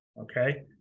okay